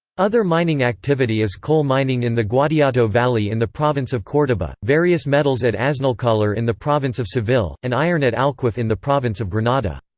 other mining activity is coal mining in the guadiato valley in the province of cordoba various metals at aznalcollar in the province of seville, and iron at alquife in the province of granada.